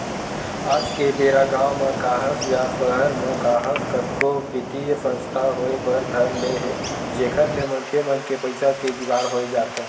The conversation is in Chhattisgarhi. आज के बेरा गाँव म काहस या सहर म काहस कतको बित्तीय संस्था होय बर धर ले हे जेखर ले मनखे मन के पइसा के जुगाड़ होई जाथे